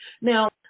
Now